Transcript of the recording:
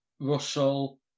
Russell